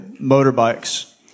motorbikes